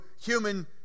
human